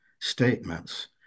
statements